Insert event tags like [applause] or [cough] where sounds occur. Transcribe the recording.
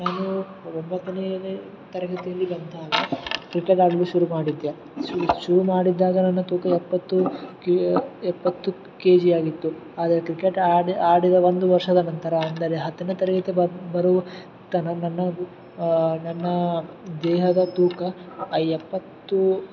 ನಾನು ಒಂಬತ್ತನೇ ತರಗತಿಯಲ್ಲಿ [unintelligible] ಕ್ರಿಕೆಟ್ ಆಡಲು ಶುರು ಮಾಡಿದ್ದೆ ಶುರು ಶುರು ಮಾಡಿದ್ದಾಗ ನನ್ನ ತೂಕ ಎಪ್ಪತ್ತು ಕೇ ಎಪ್ಪತ್ತು ಕೆಜಿ ಆಗಿತ್ತು ಆದರೆ ಕ್ರಿಕೆಟ್ ಆಡಿ ಆಡಿದ ಒಂದು ವರ್ಷದ ನಂತರ ಅಂದರೆ ಹತ್ತನೇ ತರಗತಿ ಬರುವ ತನಕ ನನ್ನದು ನನ್ನ ದೇಹದ ತೂಕ ಎಪ್ಪತ್ತೂ